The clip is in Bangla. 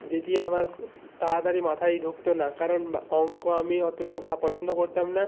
যেটি আমার খুব তাড়াতাড়ি মাথায় ঢুকতো না কারণ বা অঙ্ক আমি অতোটা ভা পছন্দ করতাম না